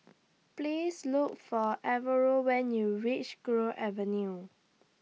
Please Look For Alvaro when YOU REACH Gul Avenue